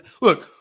look